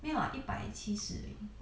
没有啊一百七十而已